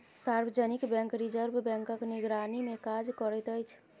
सार्वजनिक bank reserve बैंकक निगरानीमे काज करैत अछि